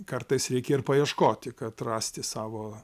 kartais reikia ir paieškoti kad rasti savo